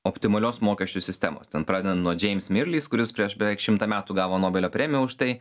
optimalios mokesčių sistemos ten pradedant nuo džeims mirlis kuris prieš beveik šimtą metų gavo nobelio premiją už tai